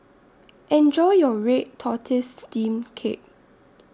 Enjoy your Red Tortoise Steamed Cake